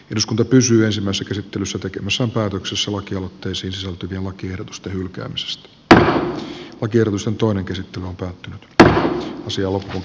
eduskunta pysyä samassa käsittelyssä tekemässä päätöksessä vakio muttei nyt voidaan hyväksyä tai hylätä lakiehdotus jonka sisällöstä päätettiin ensimmäisessä käsittelyssä